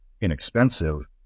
inexpensive